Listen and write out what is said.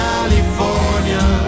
California